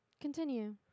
Continue